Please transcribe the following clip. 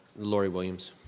laurie williams.